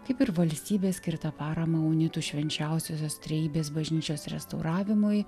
kaip ir valstybės skirta parama unitų švenčiausiosios trejybės bažnyčios restauravimui